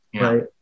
Right